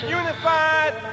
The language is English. unified